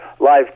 live